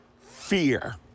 fear